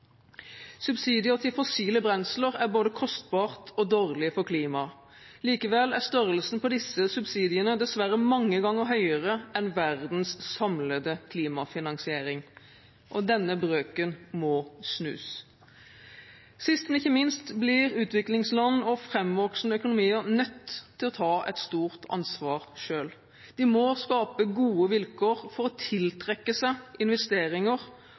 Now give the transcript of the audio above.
Subsidier til fossile brensler er både kostbart og dårlig for klimaet. Likevel er størrelsen på disse subsidiene dessverre mange ganger høyere enn verdens samlede klimafinansiering. Denne brøken må snus. Sist, men ikke minst, blir utviklingsland og framvoksende økonomier nødt til å ta et stort ansvar selv. De må skape gode vilkår for å tiltrekke seg investeringer,